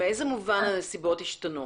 באיזה מובן הנסיבות השתנו?